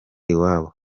iwabo